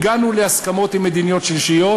הגענו להסכמות עם מדינות שלישיות,